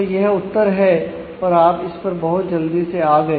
तो यह उत्तर है और आप इस पर बहुत जल्दी से आ गए